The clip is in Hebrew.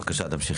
בבקשה, תמשיכי.